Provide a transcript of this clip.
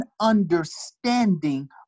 understanding